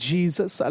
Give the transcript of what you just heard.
Jesus